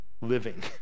living